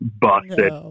busted